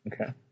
Okay